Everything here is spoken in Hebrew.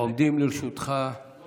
עומד לרשותך לא